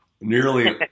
nearly